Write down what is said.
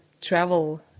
travel